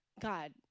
God